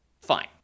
Fine